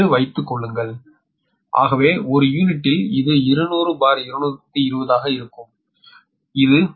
என்று வைத்துக் கொள்ளுங்கள் ஆகவே ஒரு யூனிட்டில் இது 200220 ஆக இருக்கும் இது 0